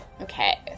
Okay